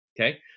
Okay